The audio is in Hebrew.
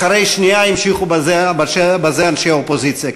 אחרי שנייה המשיכו בזה אנשי האופוזיציה.